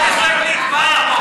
ישראלים, בוודאי ברמה של ראש ממשלה,